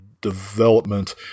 development